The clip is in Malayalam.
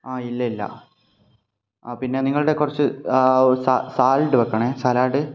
ആ ഇല്ല ഇല്ല ആ പിന്നെ നിങ്ങളുടെ കുറച്ച് സാലഡ് വയ്ക്കണേ സലാഡ്